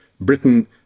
Britain